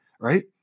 right